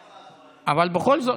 אבל בכל זאת,